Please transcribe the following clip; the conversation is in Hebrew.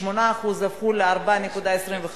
8% הפכו ל-4.25%,